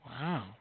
Wow